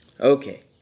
Okay